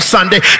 Sunday